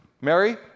Mary